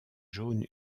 jaune